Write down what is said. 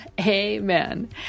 Amen